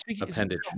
appendage